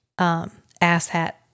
asshat